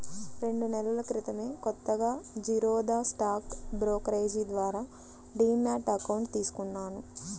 రెండు నెలల క్రితమే కొత్తగా జిరోదా స్టాక్ బ్రోకరేజీ ద్వారా డీమ్యాట్ అకౌంట్ తీసుకున్నాను